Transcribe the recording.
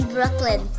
Brooklyn